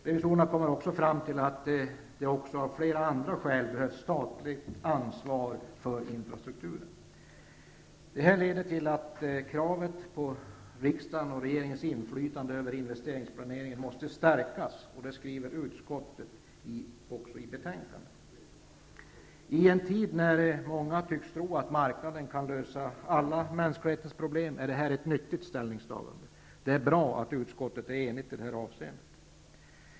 Revisorerna kommer även fram till att det av flera andra skäl behövs statligt ansvar för infrastrukturen. Detta leder till kravet att riksdagens och regeringens inflytande över investeringsplaneringen måste stärkas, skriver utskottet i betänkandet. I en tid, då många tycks tro att marknaden kan lösa alla mänsklighetens problem, är det här ett nyttigt ställningstagande. Det är bra att utskottet är enigt i det här avseendet.